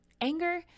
anger